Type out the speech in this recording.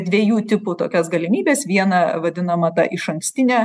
dviejų tipų tokias galimybes viena vadinama ta išankstinė